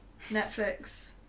netflix